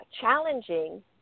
challenging